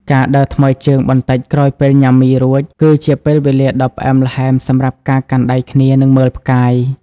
ការដើរថ្មើរជើងបន្តិចក្រោយពេលញ៉ាំមីរួច គឺជាពេលវេលាដ៏ផ្អែមល្ហែមសម្រាប់ការកាន់ដៃគ្នា និងមើលផ្កាយ។